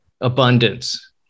abundance